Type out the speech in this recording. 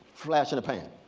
flash in a pan.